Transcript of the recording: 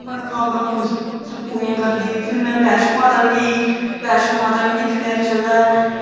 मनोकामनां पूरी पूरियां करदी फिर में माता वैष्णो माता बी गेई वैष्णो माता बी दिक्खने आह्ली जगह् ऐ